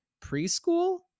preschool